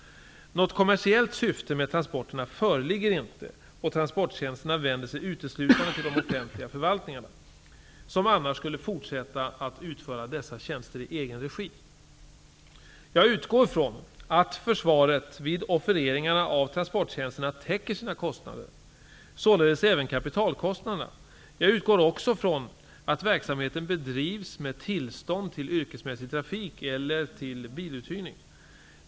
Något kommersiellt syfte med transporterna föreligger inte och transporttjänsterna vänder sig uteslutande till de offentliga förvaltningarna, vilka annars skulle fortsätta att utföra dessa tjänster i egen regi. Jag utgår ifrån att försvaret vid offereringarna av transporttjänsterna täcker sina kostnader, således även kapitalkostnaderna. Jag utgår också ifrån att verksamheten bedrivs med tillstånd för yrkesmässig trafik eller för biluthyrning.